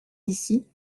ici